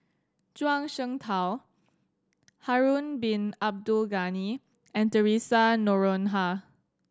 Zhuang Shengtao Harun Bin Abdul Ghani and Theresa Noronha